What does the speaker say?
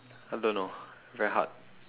I don't know very hard